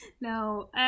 No